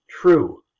true